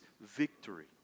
victory